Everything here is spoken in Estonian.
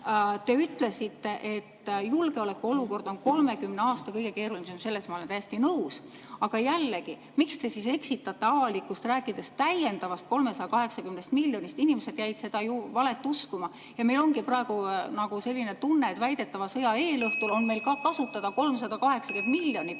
Te ütlesite, et julgeolekuolukord on 30 aasta kõige keerulisem. Sellega ma olen täiesti nõus. Aga jällegi, miks te eksitate avalikkust, rääkides täiendavast 380 miljonist? Inimesed jäid ju seda valet uskuma. Ja meil ongi praegu selline tunne, et väidetava sõja eelõhtul on meil kasutada ka 380 miljonit